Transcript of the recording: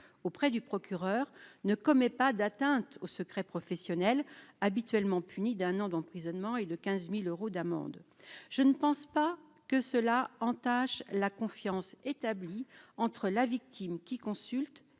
auprès du procureur ne commet pas d'atteinte au secret professionnel habituellement punie d'un an d'emprisonnement et de 15000 euros d'amende, je ne pense pas que cela entache la confiance établie entre la victime qui consultent